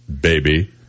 baby